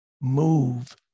move